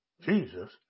Jesus